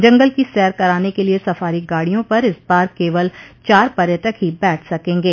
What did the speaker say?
जंगल की सैर कराने के लिए सफारी गाड़ियों पर इस बार केवल चार पर्यटक ही बैठ सकेंगे